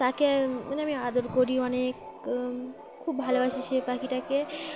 তাকে মানে আমি আদর করি অনেক খুব ভালোবাসি সেই পাখিটাকে